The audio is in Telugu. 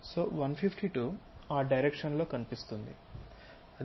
సొ 152 ఆ డైరెక్షన్ లో కనిపిస్తుంది